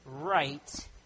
right